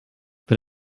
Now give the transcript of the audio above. but